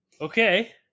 Okay